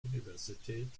universität